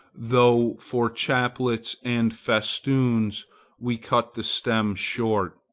though for chaplets and festoons we cut the stem short.